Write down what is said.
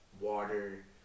water